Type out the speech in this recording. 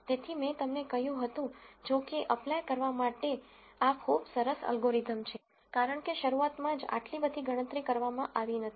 તેથી મેં તમને કહ્યું હતું જો કે અપ્લાય કરવા માટે આ ખૂબ સરસ આ અલ્ગોરિધમ છે કારણ કે શરૂઆતમાં જ આટલી બધી ગણતરી કરવામાં આવી નથી